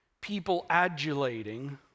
people-adulating